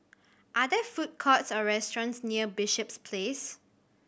are there food courts or restaurants near Bishops Place